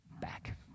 back